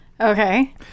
Okay